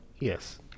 Yes